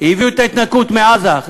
הביאו את ההתנתקות מעזה.